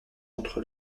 contre